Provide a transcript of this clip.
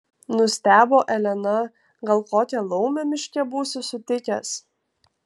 nustebo elena gal kokią laumę miške būsi sutikęs